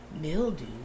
mildew